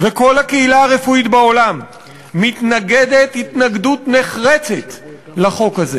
וכל הקהילה הרפואית בעולם מתנגדת התנגדות נחרצת לחוק הזה